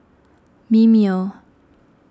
Mimeo